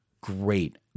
Great